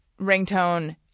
ringtone